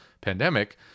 pandemic